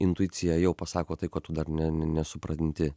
intuicija jau pasako tai ko tu dar ne ne nesupranti